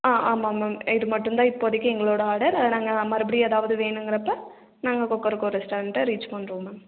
ஆ ஆமாம் மேம் இதுமட்டுந்தான் இப்போதைக்கு எங்களோட ஆர்டர் நாங்கள் மறுபடியும் எதாவது வேணுங்கிறப்போ நாங்கள் கொக்கரக்கோ ரெஸ்ட்டாரண்ட ரீச் பண்ணுறோம் மேம்